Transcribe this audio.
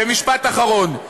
ומשפט אחרון.